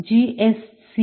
55 येते